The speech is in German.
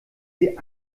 sie